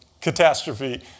catastrophe